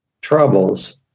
troubles